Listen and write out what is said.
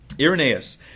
Irenaeus